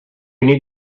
need